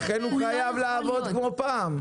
ולכן הוא חייב לעבוד כמו פעם.